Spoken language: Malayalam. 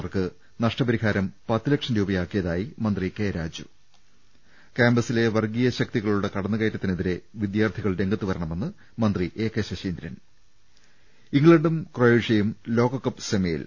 തർക്ക് നഷ്ടപരിഹാരം പത്ത് ലക്ഷം രൂപയാക്കിയതായി മന്ത്രി കെ രാജു കാമ്പസിലെ വർഗ്ഗീയശക്തികളുടെ കടന്നുകയറ്റത്തിനെ തിരെ വിദ്യാർത്ഥികൾ രംഗത്തുവരണമെന്ന് മന്ത്രി എ കെ ശശീന്ദ്രൻ ഇംഗ്ലണ്ടും ക്രൊയേഷ്യയും ലോകകപ്പ് സെമിയിൽ